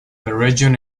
region